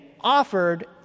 offered